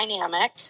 dynamic